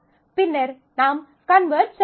பின்னர் நாம் கன்வெர்ட் செய்வோம்